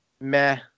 Meh